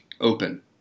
open